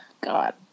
God